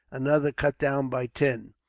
another cut down by tim,